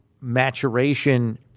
maturation